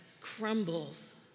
crumbles